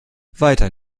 weiter